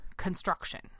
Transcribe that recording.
construction